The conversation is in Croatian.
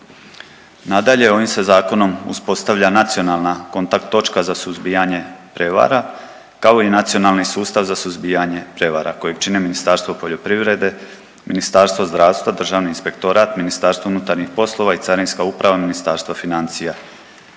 Nadalje, ovim se zakonom uspostavlja nacionalna kontakt točka za suzbijanje prijevara kao i nacionalni sustav za suzbijanje prijevara kojeg čine Ministarstvo poljoprivrede, Ministarstvo zdravstva, Državni inspektorat, MUP i Carinska uprava Ministarstva financija.